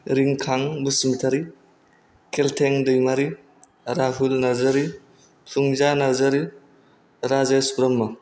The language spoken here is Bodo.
रिंखां बसुमतारि केलथें दैमारि राहुल नार्जारि फुंजा नार्जारि राजेस ब्रह्म